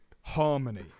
harmony